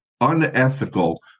unethical